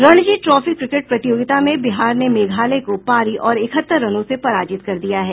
Ranji trophy cricket प्रतियोगिता में बिहार ने मेघालय को पारी और इकहत्तर रनों से पराजित कर दिया है